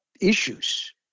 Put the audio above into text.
issues